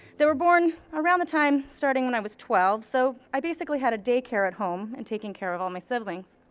they were born around the time starting when i was twelve, so i basically had a daycare at home and taking care of all my siblings.